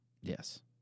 Yes